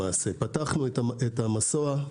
פתחנו את המסוע.